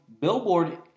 Billboard